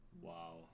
Wow